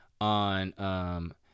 on –